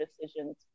decisions